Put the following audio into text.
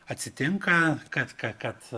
atsitinka kad ka kad